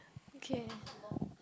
okay